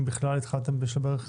אם בכלל התחלתם בשלבי רכישה?